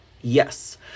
yes